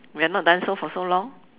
we have not done so for so long